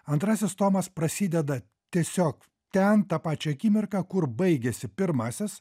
antrasis tomas prasideda tiesiog ten tą pačią akimirką kur baigiasi pirmasis